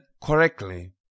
correctly